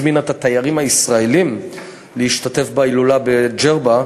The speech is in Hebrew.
הזמינה את התיירים הישראלים להשתתף בהילולה בג'רבה,